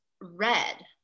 red